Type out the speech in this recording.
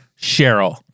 Cheryl